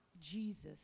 Jesus